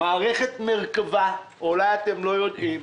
מערכת מרכב"ה אולי אתם לא יודעים,